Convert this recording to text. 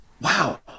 Wow